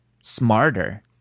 smarter